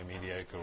mediocre